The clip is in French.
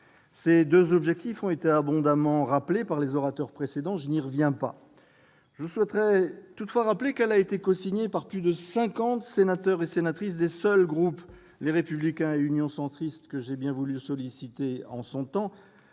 Ses deux objectifs ayant été abondamment rappelés par les orateurs précédents, je n'y reviens pas. Je souhaiterais toutefois préciser qu'elle a été cosignée par plus de cinquante sénateurs et sénatrices des seuls groupes Les Républicains et Union Centriste, que j'ai bien voulu solliciter. Je voudrais